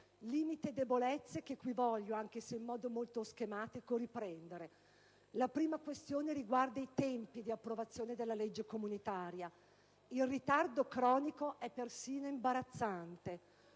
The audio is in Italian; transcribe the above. Limiti e debolezza che qui voglio, anche se in modo molto schematico, riprendere. La prima questione riguarda i tempi di approvazione della legge comunitaria. Il ritardo cronico è perfino imbarazzante: